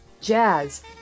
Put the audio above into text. jazz